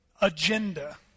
agenda